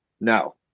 No